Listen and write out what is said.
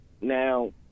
now